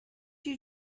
you